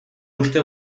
uste